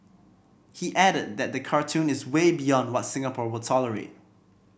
he added that the cartoon is way beyond what Singapore will tolerate